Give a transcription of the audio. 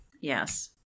Yes